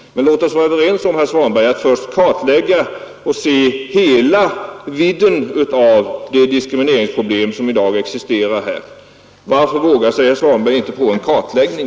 Låt oss vara överens om, herr Svanberg, att kartlägga och se hela vidden av det diskrimineringsproblem som i dag existerar. Varför vågar sig herr Svanberg inte ens på en kartläggning?